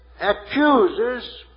accuses